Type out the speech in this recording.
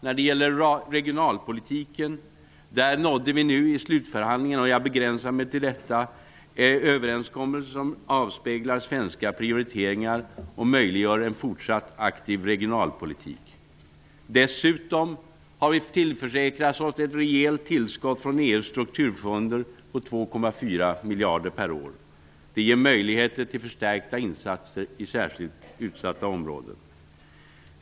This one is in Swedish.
När det gäller regionalpolitiken nådde vi i slutförhandlingarna -- och jag begränsar mig till dessa -- överenskommelser som avspeglar svenska priorioteringar och möjliggör en fortsatt aktiv regionalpolitik. Dessutom har vi tillförsäkrat oss ett rejält tillskott från EU:s strukturfonder på 2,4 miljarder per år. Det ger möjligheter till förstärkta insatser i särskilt utsatta områden.